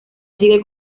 sigue